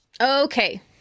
Okay